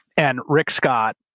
and rick scott